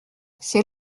c’est